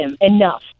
enough